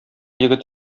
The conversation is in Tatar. егет